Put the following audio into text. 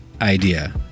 idea